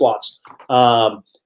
squats